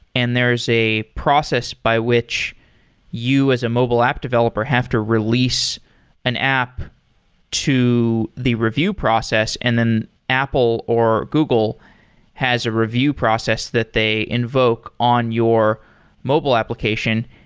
and there is a process by which you as a mobile app developer have to release an app to the review process and then apple or google has a review process that they invoke on your mobile application.